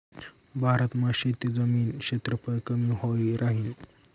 भारत मा शेतजमीन क्षेत्रफळ कमी व्हयी राहीन